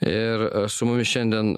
ir su mumis šiandien